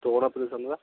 stone operation ବା